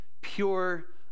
pure